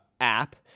app